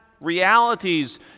realities